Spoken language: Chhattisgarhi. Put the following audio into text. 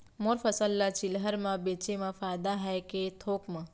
मोर फसल ल चिल्हर में बेचे म फायदा है के थोक म?